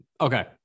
Okay